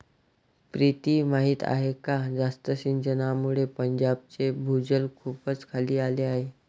प्रीती माहीत आहे का जास्त सिंचनामुळे पंजाबचे भूजल खूपच खाली आले आहे